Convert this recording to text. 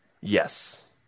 Yes